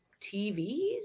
TVs